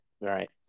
right